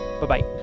Bye-bye